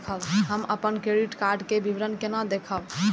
हम अपन credit card के विवरण केना देखब?